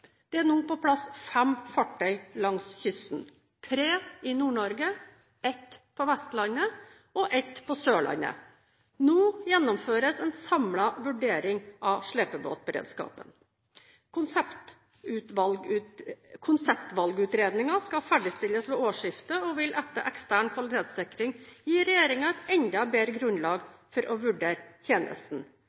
Det er nå på plass fem fartøy langs kysten: tre i Nord-Norge, et på Vestlandet og et på Sørlandet. Nå gjennomføres en samlet vurdering av slepebåtberedskapen. Konseptvalgutredningen skal ferdigstilles ved årsskiftet og vil etter ekstern kvalitetssikring gi regjeringen et enda bedre grunnlag for å vurdere tjenesten.